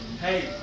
hey